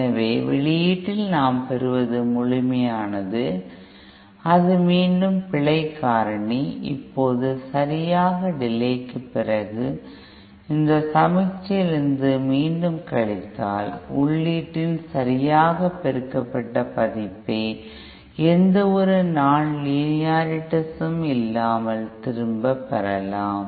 எனவே வெளியீட்டில் நாம் பெறுவது முழுமையானது அது மீண்டும் பிழைக் காரணி இப்போது சரியான டிலே க்குபிறகு இந்த சமிக்ஞையிலிருந்து மீண்டும் கழித்தால் உள்ளீட்டின் சரியாக பெருக்கப்பட்ட பதிப்பை எந்தவொரு நான் லீனியாரிட்டிசமும் இல்லாமல் திரும்பப் பெறலாம்